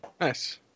Nice